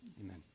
amen